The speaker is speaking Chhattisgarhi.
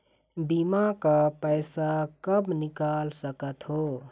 बीमा का पैसा कब निकाल सकत हो?